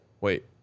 Wait